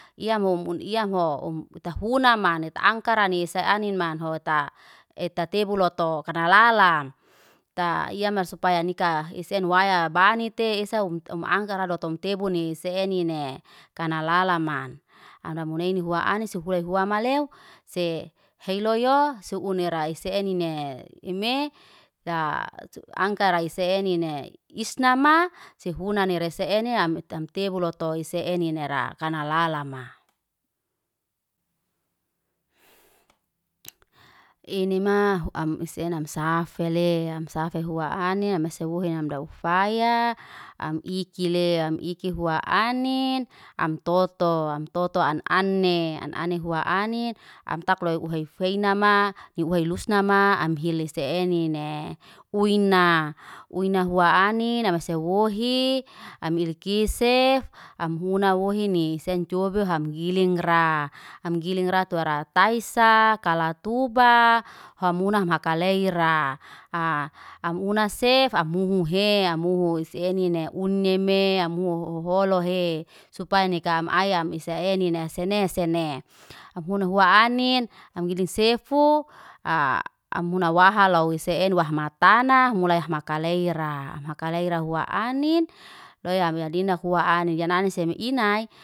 Iyaa mo mun iyamho, um buta funa mane angkaranis anin manhota, eta tebuloto kanalalan ta iyamar supaya nika iseno waya banite esa um angkara dotom tebune se nine. Kanalalanman aramuneine huwa anisefualai huan wamaleu, se heloyo su una raise enine. Eme raa tu angkaraise nine, isnama sefuna nerese ene ama am tebulotoy se eneira kanalalama. ini ma huam isenan safele, am safe huan anin, masawohin amdaufayaa, am ikiley. Am iki hua anin, am toto. Am toto an ane, an ani hua anit, am takloy uhaifeinama, yuhai yusnai ma amhili se enine. Uina, uina hua anin amase wohi. Am ilikise am huna wohini, sen cobiham gilingra. Am gilingra, tura tai sa, kalatuba, hamuna ham kaleira. Aaa am unas se fahamuhue, amuhus senine. Uni me, amholo he, supaya ne am ayam isaenine sene sene. Abua huna anin, am giling sefu aa amuna wahaloy se eni wahamatana, mulai makaleira. Makaleira hua anin loya am adina hua anin, ya nani semi inay.